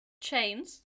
Chains